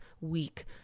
weak